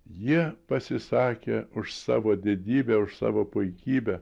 jie pasisakė už savo didybę už savo puikybę